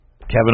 Kevin